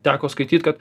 teko skaityt kad